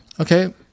Okay